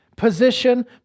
position